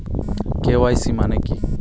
KYC মানে কী?